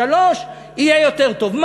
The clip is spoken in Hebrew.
שלוש יהיה יותר טוב?